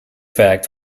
fact